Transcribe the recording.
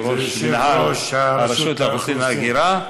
שהוא ראש מינהל הרשות לאוכלוסין והגירה.